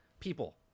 People